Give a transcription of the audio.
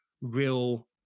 real